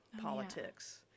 politics